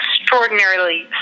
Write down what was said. extraordinarily